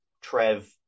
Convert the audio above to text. Trev